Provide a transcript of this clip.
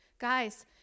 Guys